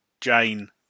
Jane